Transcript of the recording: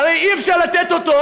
הרי אי-אפשר לתת אותו,